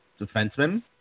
defenseman